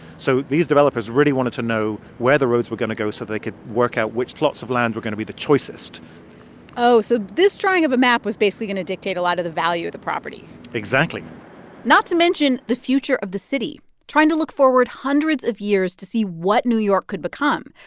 so these developers really wanted to know where the roads were going to go so they could work out which plots of land were going to be the choicest oh, so this drawing of a map was basically going to dictate a lot of the value of the properties exactly not to mention the future of the city trying to look forward hundreds of years to see what new york could become,